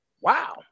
wow